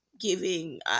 giving